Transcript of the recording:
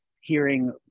hearing